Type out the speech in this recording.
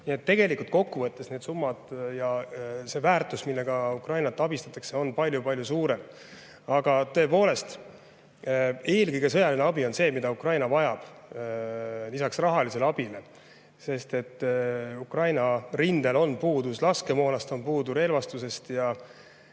tegelikult kokku võttes need summad ja see väärtus, millega Ukrainat abistatakse, on palju-palju suurem. Aga tõepoolest, eelkõige sõjaline abi on see, mida Ukraina vajab lisaks rahalisele abile. Sest Ukraina rindel on puudus laskemoonast ja relvastusest.